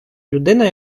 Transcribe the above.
людина